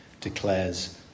declares